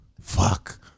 Fuck